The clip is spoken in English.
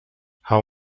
how